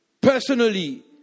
personally